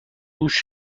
گوش